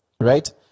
right